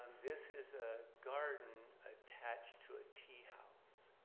um this is a garden attached to a tea house.